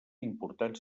important